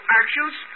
actions